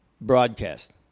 Broadcast